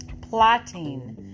plotting